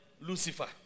Lucifer